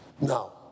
Now